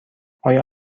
آیا